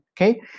okay